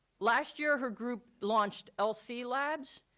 last year, her group launched lc labs,